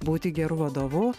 būti geru vadovu